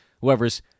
whoever's